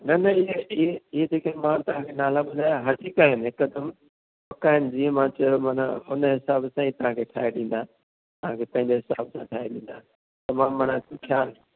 न न इएं इएं इहे जेके मां तव्हांखे नाला ॿुधाया हिकदमि दुकानु जीअं मां चयो माना हुनजे हिसाबु सां ई तव्हांखे ठाहे ॾींदा तव्हांखे पंहिंजे हिसाबु सां ठाहे ॾींदा